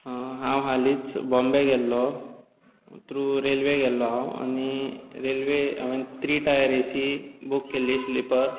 हांव हालींच बोम्बे गेल्लो थ्रू रेल्वे गेल्लो हांव आनी railway three tier A C book केल्ली स्लीपर